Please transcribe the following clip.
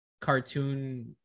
cartoon